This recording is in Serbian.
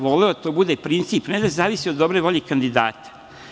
Voleo bih da to bude princip, ne da zavisi od dobre volje kandidata.